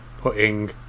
putting